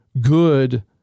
good